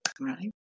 right